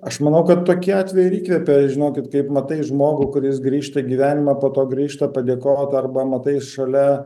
aš manau kad tokie atvejai ir įkvepia žinokit kaip matai žmogų kuris grįžta gyvenimą po to grįžta padėkot arba matai šalia